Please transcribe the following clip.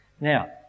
Now